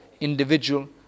individual